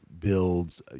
builds